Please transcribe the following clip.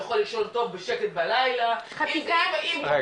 הוא יכול לישון טוב בשקט בלילה כי כשפוגעים